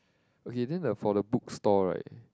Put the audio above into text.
okay then the for the book store right